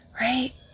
right